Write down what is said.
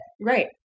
Right